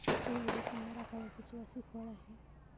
फूल हे सुंदर आकाराचे सुवासिक फळ आहे